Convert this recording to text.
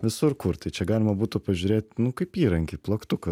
visur kur tai čia galima būtų pažiūrėt nu kaip įrankį plaktuką